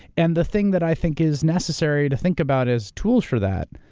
and the thing that i think is necessary to think about as tools for that,